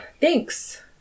Thanks